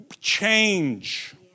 change